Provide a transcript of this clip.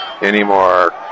anymore